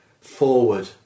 forward